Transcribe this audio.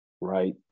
right